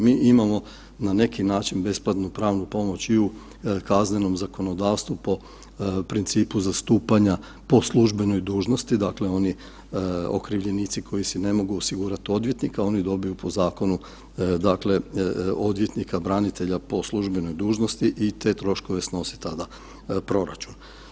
Mi imamo na neki način besplatnu pravnu pomoć i u kaznenom zakonodavstvu po principu zastupanja po službenoj dužnosti, dakle oni okrivljenici koji si ne mogu osigurati odvjetnika, oni dobiju po zakonu dakle, odvjetnika, branitelja po službenoj dužnosti i te troškove snosi tada proračun.